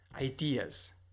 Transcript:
ideas